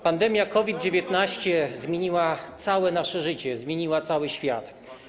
Pandemia COVID-19 zmieniła całe nasze życie, zmieniła cały świat.